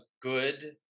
good